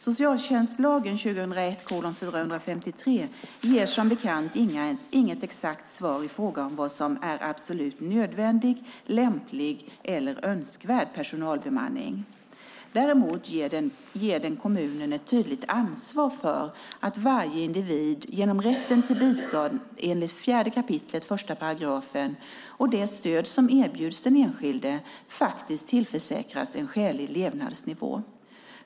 Socialtjänstlagen ger som bekant inget exakt svar i fråga om vad som är absolut nödvändig, lämplig eller önskvärd personalbemanning. Däremot ger den kommunen ett tydligt ansvar för att varje individ genom rätten till bistånd enligt 4 kap. 1 § och det stöd som erbjuds den enskilde faktiskt tillförsäkras en skälig levnadsnivå.